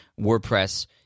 WordPress